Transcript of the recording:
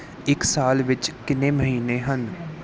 ਇੱਕ ਸਾਲ ਵਿੱਚ ਕਿੰਨੇ ਮਹੀਨੇ ਹਨ